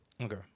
Okay